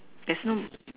there's no